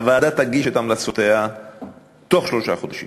הוועדה תגיש את המלצותיה בתוך שלושה חודשים.